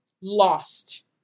Lost